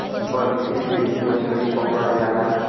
बंसी से भी मछरी पकड़ल जाला